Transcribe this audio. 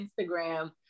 Instagram